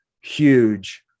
huge